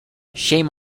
shame